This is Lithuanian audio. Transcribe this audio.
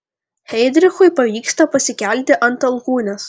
heidrichui pavyksta pasikelti ant alkūnės